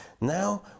Now